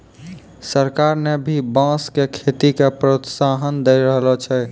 सरकार न भी बांस के खेती के प्रोत्साहन दै रहलो छै